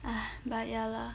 !huh! but ya lah